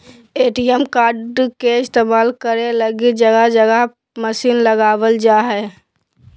ATM card के इस्तेमाल करे लगी जगह जगह मशीन लगाबल जा हइ